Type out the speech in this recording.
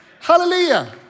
Hallelujah